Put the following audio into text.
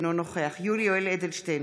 אינו נוכח יולי יואל אדלשטיין,